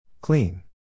Clean